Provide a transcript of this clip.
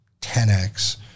10X